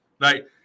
right